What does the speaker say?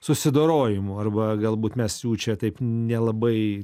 susidorojimų arba galbūt mes jų čia taip nelabai